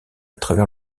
travers